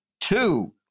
Two